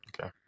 Okay